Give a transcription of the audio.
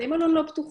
בתי המלון לא פתוחים,